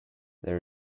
there